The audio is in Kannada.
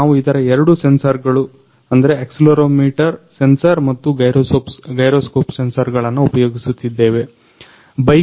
ನಾವು ಇದರ ಎರಡು ಸೆನ್ಸರ್ಗಳು ಆಕ್ಸಿಲೆರೊಮೀಟರ್ ಸೆನ್ಸರ್ ಮತ್ತು ಗೈರೊಸ್ಕೋಪ್ಗಳನ್ನ ಉಪಯೋಗಿಸಿತ್ತಿದ್ದೇವೆ